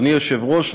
אדוני היושב-ראש,